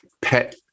pet